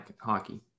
hockey